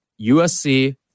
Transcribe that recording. USC